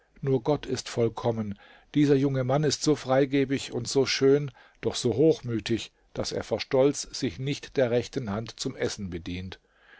nur gott ist vollkommen dieser junge mann ist so freigebig und so schön doch so hochmütig daß er vor stolz sich nicht der rechten hand zum essen bedient